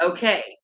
Okay